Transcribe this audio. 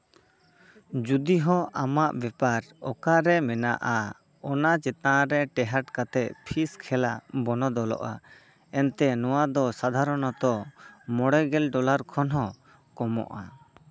ᱡᱩᱫᱤ ᱦᱚᱸ ᱟᱢᱟᱜ ᱵᱮᱯᱟᱨ ᱚᱠᱟᱨᱮ ᱢᱮᱱᱟᱜᱼᱟ ᱚᱱᱟ ᱪᱮᱛᱟᱱᱨᱮ ᱴᱮᱦᱟᱸᱰ ᱠᱟᱛᱮᱫ ᱯᱷᱤᱥ ᱠᱷᱮᱞᱟ ᱵᱚᱱᱚᱫᱚᱞᱚᱜᱼᱟ ᱮᱱᱛᱮ ᱱᱚᱣᱟ ᱫᱚ ᱥᱟᱫᱷᱟᱨᱚᱱᱚᱛᱚ ᱢᱚᱬᱮ ᱜᱮᱞ ᱰᱚᱞᱟᱨ ᱠᱷᱚᱱ ᱦᱚᱸ ᱠᱚᱢᱚᱜᱼᱟ